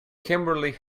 kimberly